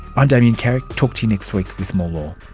i'm damien carrick, talk to you next week with more